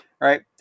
right